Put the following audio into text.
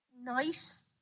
nice